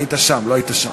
היית שם, לא היית שם.